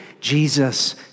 Jesus